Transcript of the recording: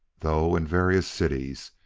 though, in various cities,